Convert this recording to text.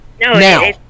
No